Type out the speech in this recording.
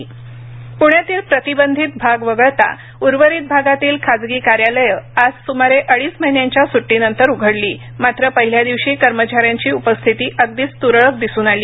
प्ण्यातील प्रतिबंधित भाग वगळता उर्वरित भागातील खासगी कार्यालयं आज सुमारे अडीच महिन्यांच्या सुटीनंतर उघडली मात्र पहिल्या दिवशी कर्मचाऱ्यांची उपस्थिती अगदीच त्रळक दिसून आली